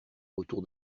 autour